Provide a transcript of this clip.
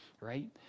Right